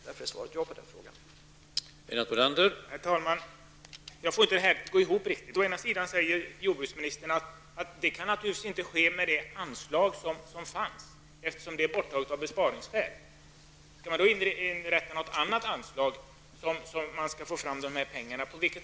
Därför är svaret på den frågan ja.